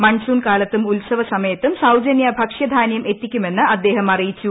monsoon കാലത്തും ഉത്സവ സമയത്തും സൌജന്യ ഭക്ഷ്യധാന്യം എത്തിക്കുമെന്ന് അദ്ദേഹം അറിയിച്ചു